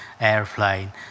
airplane